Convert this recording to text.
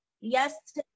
Yes